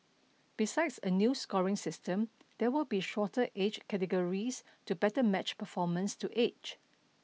besides a new scoring system there will be shorter age categories to better match performance to age